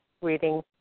reading